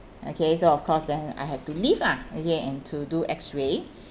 okay so of course then I have to leave lah okay and to do X-ray